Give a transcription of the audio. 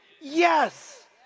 Yes